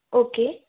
okay